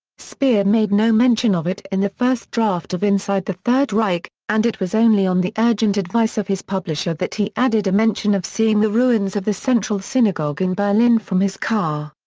speer made no mention of it in the first draft of inside the third reich, and it was only on the urgent advice of his publisher that he added a mention of seeing the ruins of the central synagogue in berlin from his car.